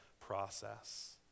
process